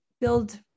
build